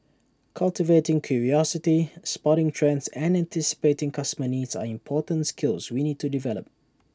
cultivating curiosity spotting trends and anticipating customer needs are important skills we need to develop